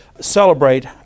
celebrate